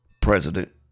President